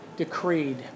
decreed